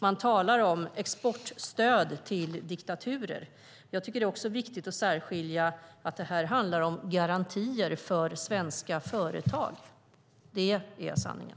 Man talar om exportstöd till diktaturer. Jag tycker också att det är viktigt att säga att det här handlar om garantier för svenska företag. Det är sanningen.